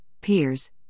peers